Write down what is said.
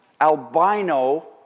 albino